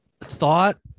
thought